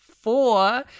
four